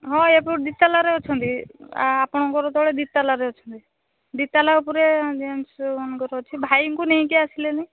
ହଁ ଏପଟେ ଦୁଇ ତାଲାରେ ଅଛନ୍ତି ଆପଣଙ୍କର ତଳେ ଦୁଇ ତାଲାରେ ଅଛନ୍ତି ଦୁଇ ତାଲା ଉପରେ ଜେଣ୍ଟସ୍ମାନଙ୍କର ଅଛି ଭାଇଙ୍କୁ ନେଇକି ଆସିଲେନି